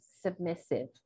submissive